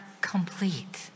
complete